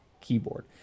keyboard